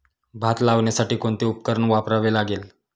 भात लावण्यासाठी कोणते उपकरण वापरावे लागेल?